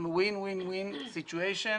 אנחנו וין-וין-וין סיטיואיישן